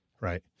Right